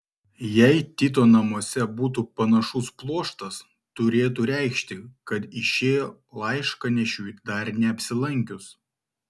jei tito namuose būtų panašus pluoštas turėtų reikšti kad išėjo laiškanešiui dar neapsilankius